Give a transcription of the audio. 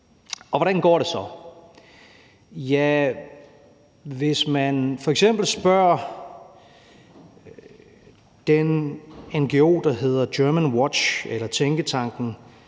hvordan går det så? Ja, hvis man f.eks. spørger den ngo, der hedder Germanwatch, eller tænketanken